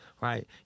Right